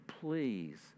please